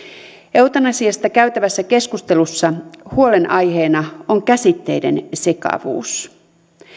eutanasiasta käytävässä keskustelussa huolenaiheena on käsitteiden sekavuus